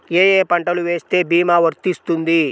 ఏ ఏ పంటలు వేస్తే భీమా వర్తిస్తుంది?